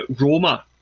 Roma